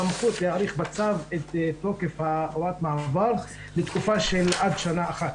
סמכות להאריך בצו את תוקף הוראת המעבר לתקופה של עד שנה אחת.